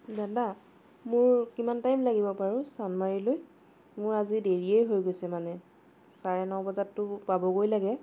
দাদা মোৰ কিমান টাইম লাগিব বাৰু চান্দমাৰীলৈ মোৰ আজি দেৰিয়েই হৈ গৈছে মানে চাৰে ন বজাতটো পাবগৈ লাগে